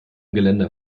geländer